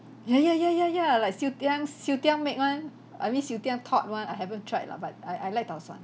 ya ya ya ya ya like siu tiang siu tiang make [one] I mean siu tiang thought one I haven't tried lah but I I like tau suan